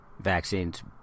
vaccines